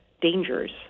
dangers